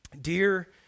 dear